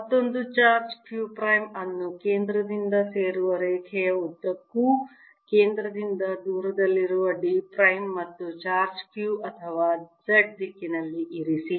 ಮತ್ತೊಂದು charge q prime ಅನ್ನು ಕೇಂದ್ರದಿಂದ ಸೇರುವ ರೇಖೆಯ ಉದ್ದಕ್ಕೂ ಕೇಂದ್ರದಿಂದ ದೂರದಲ್ಲಿರುವ d ಪ್ರೈಮ್ ಮತ್ತು ಚಾರ್ಜ್ q ಅಥವಾ Z ದಿಕ್ಕಿನಲ್ಲಿ ಇರಿಸಿ